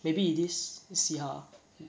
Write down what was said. maybe it is see how ah